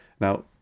now